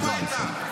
לך הביתה.